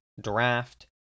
draft